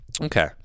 Okay